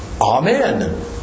Amen